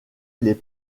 les